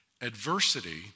Adversity